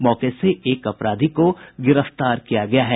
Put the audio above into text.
मौके से एक अपराधी को गिरफ्तार किया गया है